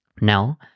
Now